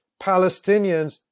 Palestinians